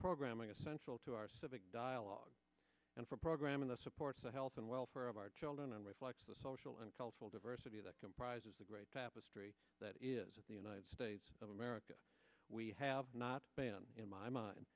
programming is central to our civic dialogue and for programming the supports the health and welfare of our children and reflects the social and cultural diversity that comprises the great tapestry that is the united states of america we have not been in my mind